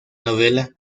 novela